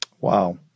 Wow